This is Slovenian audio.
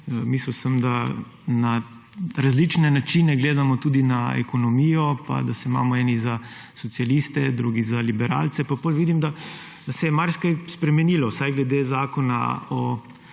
mislil, da na različne načine gledamo tudi na ekonomijo, eni se imamo za socialiste, drugi za liberalce, ampak potem vidim, da se je marsikaj spremenilo, vsaj glede Zakona o